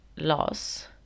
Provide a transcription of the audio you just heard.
loss